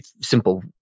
Simple